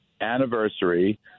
anniversary